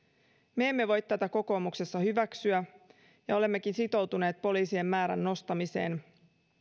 me emme voi tätä kokoomuksessa hyväksyä ja olemmekin sitoutuneet poliisien määrän nostamiseen